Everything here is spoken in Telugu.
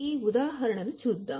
ఈ ఉదాహరణను చూద్దాం